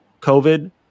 covid